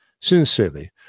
Sincerely